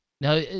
now